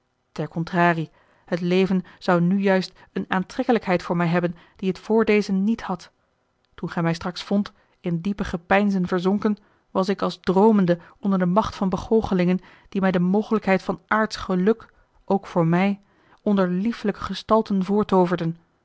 ter contrarie het leven zou nu juist eene aantrekkelijkheid voor mij hebben die het voor dezen niet had toen gij mij straks vondt in diepe gepeinzen verzonken was ik als droomende onder de macht van begoochelingen die mij de mogelijkheid van aardsch geluk ook voor mij onder liefelijke gestalten voortooverden